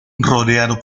rodeado